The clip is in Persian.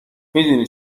میدونی